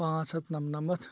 پانٛژھ ہَتھ نَمنَمَتھ